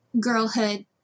girlhood